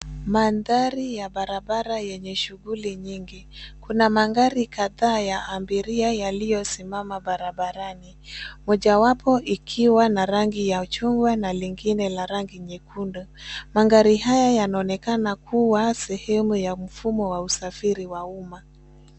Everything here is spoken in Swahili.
Mandhari ya barabara yenye shughuli nyingi. Kuna magari kadhaa ya abiria yaliyosimama barabarani. Mojawapo ikiwa na rangi ya chungwa na lingine la rangi nyekundu. Magari haya yanaonekana kuwa sehemu ya mfumo wa usafiri wa umma.